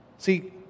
See